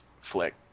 flick